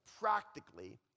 Practically